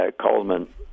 Coleman